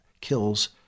kills